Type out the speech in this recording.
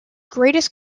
greatest